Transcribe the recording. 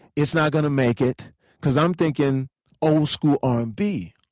it's not gonna make it because i'm thinking old school r and b.